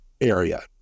Area